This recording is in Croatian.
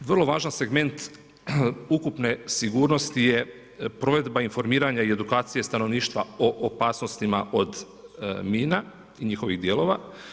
Vrlo važan segment ukupne sigurnosti je provedba informiranja i edukacije stanovništva o opasnosti od mina i njihovih dijelova.